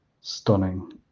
stunning